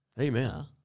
Amen